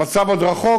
המצב עוד רחוק